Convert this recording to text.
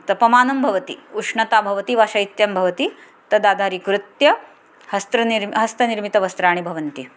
तापमानं भवति उष्णता भवति वा शैत्यं भवति तद् आधारिकृत्य हस्त्रनिर् हस्तनिर्मितवस्त्राणि भवन्ति